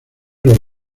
los